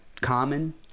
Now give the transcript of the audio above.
common